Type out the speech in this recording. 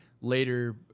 later